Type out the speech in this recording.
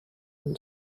and